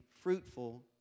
fruitful